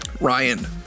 Ryan